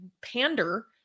pander